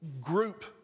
group